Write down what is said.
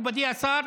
מכובדי השר,